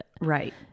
right